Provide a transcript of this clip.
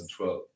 2012